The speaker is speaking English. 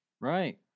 Right